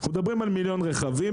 אנחנו מדברים על מיליון רכבים,